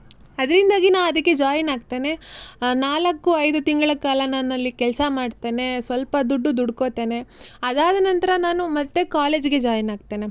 ಅದರಿಂದಾಗಿ ನಾ ಅದಕ್ಕೆ ಜ್ವಾಯಿನ್ ಆಗ್ತೇನೆ ನಾಲ್ಕು ಐದು ತಿಂಗಳ ಕಾಲ ನಾನಲ್ಲಿ ಕೆಲಸ ಮಾಡ್ತೇನೆ ಸ್ವಲ್ಪ ದುಡ್ಡು ದುಡ್ಕೋತೇನೆ ಅದಾದ ನಂತರ ನಾನು ಮತ್ತೆ ಕಾಲೇಜಿಗೆ ಜಾಯಿನ್ ಆಗ್ತೇನೆ